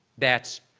that's,